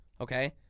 Okay